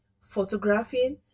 photographing